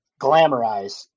glamorize